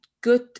good